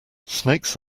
snakes